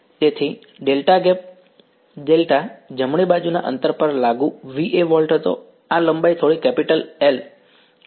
તેથી delta gap Δ જમણી બાજુના અંતર પર લાગુ Va વોલ્ટ હતો આ લંબાઈ થોડી કેપિટલ L જમણી હતી